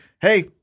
hey